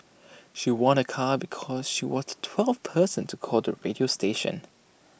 she won A car because she was the twelfth person to call the radio station